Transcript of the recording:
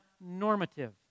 normative